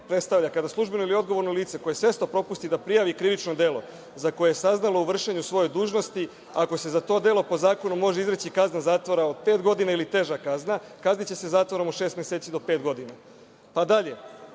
predstavlja kada službeno ili odgovorno lice koje svesno propusti da prijavi krivično delo za koje je saznalo u vršenju svoje dužnosti, ako se za to delo po zakonu može izreći kazna zatvora od pet godina ili teža kazna, kazniće se zatvorom od šest meseci do pet godina. Dalje,